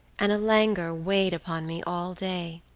and a languor weighed upon me all day.